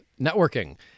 networking